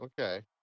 Okay